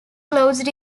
closed